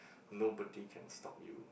nobody can stop you